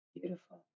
Beautiful